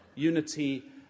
unity